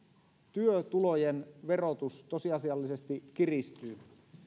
työtulojen verotus tosiasiallisesti kiristyy